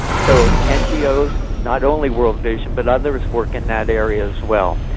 so ngos not only world vision, but others work in that area as well.